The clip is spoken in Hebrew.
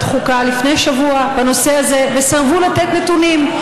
החוקה לפני שבוע בנושא הזה וסירבו לתת נתונים.